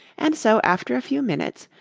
and so after a few minutes,